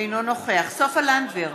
אינו נוכח סופה לנדבר,